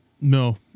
No